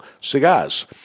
cigars